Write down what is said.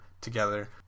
together